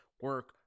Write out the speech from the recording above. Work